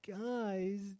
guys